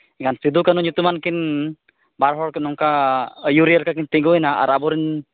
ᱮᱱᱠᱷᱟᱱ ᱥᱤᱫᱩ ᱠᱟ ᱱᱦᱩ ᱧᱩᱛᱩᱢᱟᱱ ᱠᱤᱱ ᱵᱟᱨ ᱦᱚᱲ ᱠᱤᱱ ᱱᱚᱝᱠᱟ ᱟᱹᱭᱩᱨᱤᱭᱟᱹ ᱞᱮᱠᱟᱠᱤᱱ ᱛᱤᱸᱜᱩᱭᱮᱱᱟ ᱟᱨ ᱟᱵᱚᱨᱤᱱ